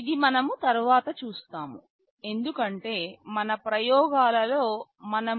ఇది మనము తరువాత చూస్తాము ఎందుకంటే మన ప్రయోగాలలో మనం mbed